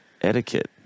etiquette